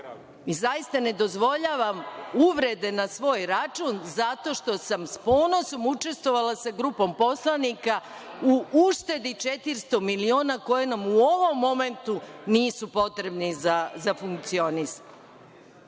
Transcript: ne dozvoljavam uvrede na svoj račun zato što sam s ponosom učestvovala sa grupom poslanika u uštedi 400 miliona koje nam u ovom momentu nisu potrebne za funkcionisanje. Što